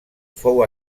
fou